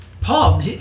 Paul